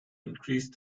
increase